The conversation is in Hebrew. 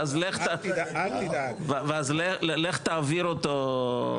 ואז לך תעביר אותו.